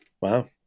Wow